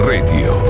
Radio